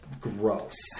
Gross